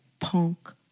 punk